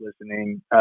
listening